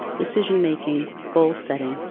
decision making, goal-setting,